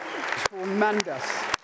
tremendous